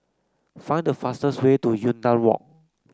find the fastest way to Yunnan Walk